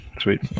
Sweet